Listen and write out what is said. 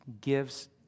gives